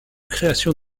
création